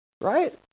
right